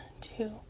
two